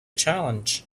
challenge